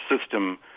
system